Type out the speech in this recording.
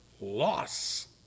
loss